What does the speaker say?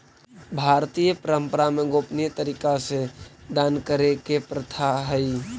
भारतीय परंपरा में गोपनीय तरीका से दान करे के प्रथा हई